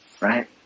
right